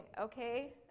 okay